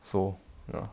so ya